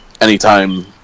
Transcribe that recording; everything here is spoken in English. anytime